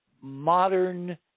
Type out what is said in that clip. modern